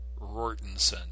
Rortinson